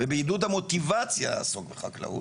ובעידוד המוטיבציה לעסוק בחקלאות.